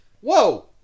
Whoa